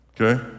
Okay